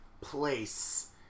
place